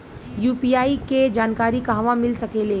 UPI के जानकारी कहवा मिल सकेले?